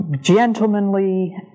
gentlemanly